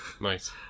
nice